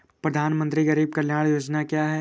प्रधानमंत्री गरीब कल्याण योजना क्या है?